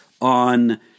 on